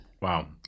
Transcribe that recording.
Wow